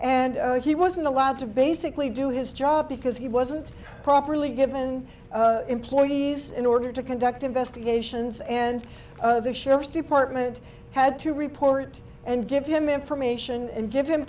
and he wasn't allowed to basically do his job because he wasn't properly given employees in order to conduct investigations and the sheriff's department had to report and give him information and give him